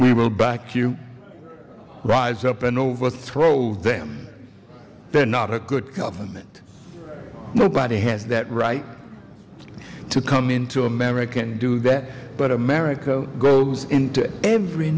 we will back you rise up and overthrow them they're not a good government nobody has that right to come in to american do that but america goes into every